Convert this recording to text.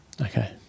Okay